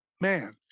man